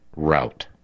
Route